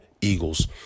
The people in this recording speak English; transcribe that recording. Eagles